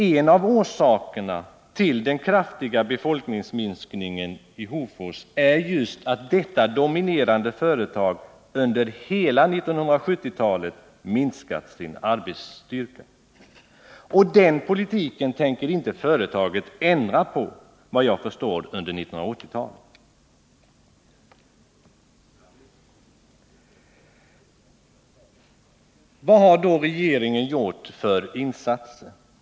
En av orsakerna till den kraftiga befolkningsminskningen i Hofors är just att detta dominerande företag under 1970-talet minskat sin arbetsstyrka. Och den politiken tänker inte företaget såvitt jag förstår ändra på under 1980-talet. Vad har då regeringen gjort för insatser?